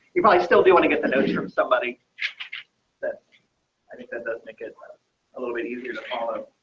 you probably still do want to get the notes from somebody that i mean that does make it a little bit easier to follow.